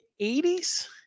80s